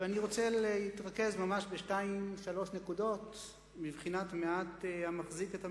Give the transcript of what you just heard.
ואני רוצה להתרכז ממש בשתיים-שלוש נקודות בבחינת מעט המחזיק את המרובה.